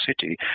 City